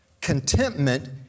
Contentment